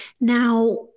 Now